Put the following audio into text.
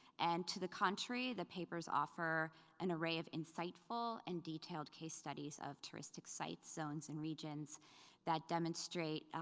and to the contrary, the papers offer an array of insightful and detailed case studies of touristic sites, zones, and regions that demonstrate